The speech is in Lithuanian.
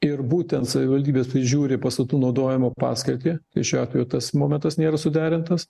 ir būtent savivaldybės prižiūri pastatų naudojimo paskirtį šiuo atveju tas momentas nėra suderintas